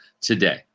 today